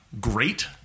great